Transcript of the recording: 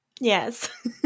Yes